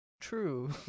True